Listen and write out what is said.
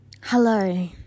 Hello